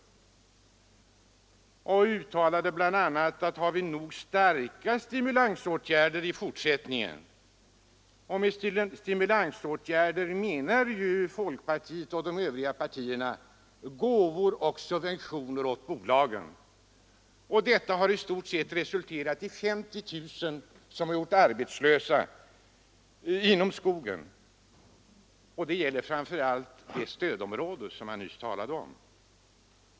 Han uttalade sig för ännu starkare stimulansåtgärder i fortsättningen, och med stimulansåtgärder menar folkpartiet och de övriga partierna gåvor och subventioner till bolagen, åtgärder som resulterat i att i stort sett 50 000 anställda blivit arbetslösa inom skogsnäringen, framför allt inom det område som inrikesutskottets ordförande nyss talade om.